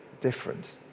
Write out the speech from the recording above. different